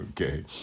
Okay